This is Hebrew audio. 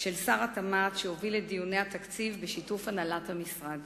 של שר התמ"ת שהוביל את דיוני התקציב בשיתוף הנהלת המשרד.